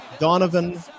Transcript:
Donovan